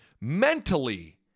mentally